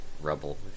rubble